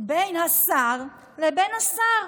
בין השר לבין השר,